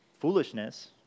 foolishness